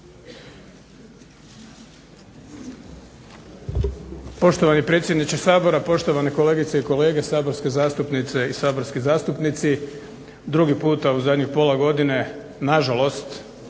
Poštovani predsjedniče Sabora, poštovane kolegice i kolege, saborske zastupnice i saborski zastupnici. Drugi puta u zadnjih pola godine na žalost